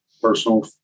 Personal